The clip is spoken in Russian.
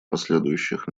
последующих